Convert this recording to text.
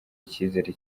icyizere